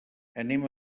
anem